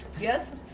Yes